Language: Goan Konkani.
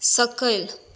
सकयल